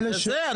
זה זה.